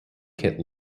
kit